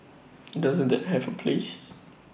doesn't that have A place